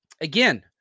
Again